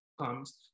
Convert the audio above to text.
comes